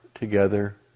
together